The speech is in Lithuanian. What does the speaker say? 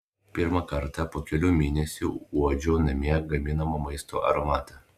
pirmą kartą po kelių mėnesių uodžiau namie gaminamo maisto aromatą